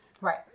Right